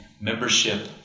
membership